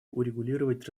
урегулировать